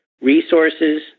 resources